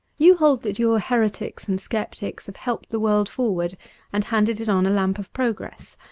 you hold that your heretics and sceptics have helped the world forward and handed on a lamp of progress.